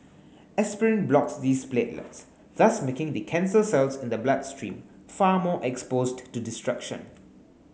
aspirin blocks these platelets thus making the cancer cells in the bloodstream far more exposed to destruction